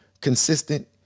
consistent